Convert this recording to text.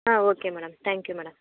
ah okay madam thank you madam